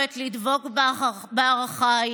תכנון קודם להריסה.